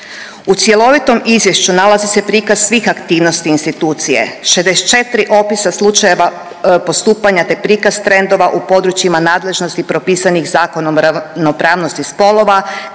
U cjelovitom izvješću nalazi se prikaz svih aktivnosti institucije 64 opisa slučajeva postupanja te prikaz trendova u područjima nadležnosti propisanih Zakonom o ravnopravnosti spolova